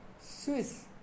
Swiss